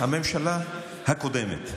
הממשלה הקודמת.